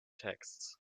texts